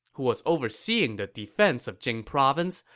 who was overseeing the defense of jing province,